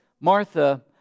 Martha